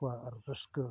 ᱠᱚᱣᱟ ᱟᱨ ᱨᱟᱹᱥᱠᱟᱹ